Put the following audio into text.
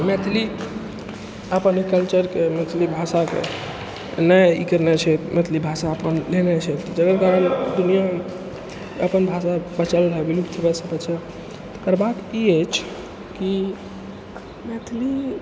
मैथिली अपन कल्चरके मैथिली भाषाके नहि ई करने छै मैथिली भाषा अपन लेने छै जकर कारण दुनिआमे अपन भाषा बचाओल जाइ विलुप्त भऽ सकै छै करबाके ई अछि कि मैथिली